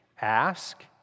ask